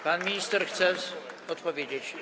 Pan minister chce odpowiedzieć.